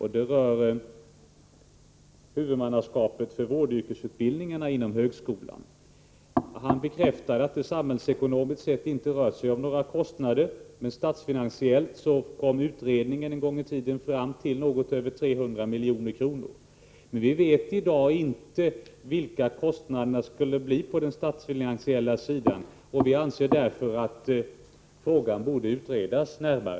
Den rör huvudmannaskapet för vårdyrkesutbildningarna inom högskolan. Han bekräftade att det samhällsekonomiskt inte rör sig om några ökade kostnader. En gång i tiden kom dock en utredning fram till statsfinansiella kostnader på något över 300 milj.kr. I dag vet man inte vilka kostnaderna skulle bli för statskassan, och vi anser därför att frågan borde utredas närmare.